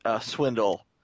Swindle